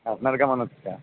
আপনার কেমন হচ্ছে